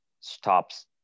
stops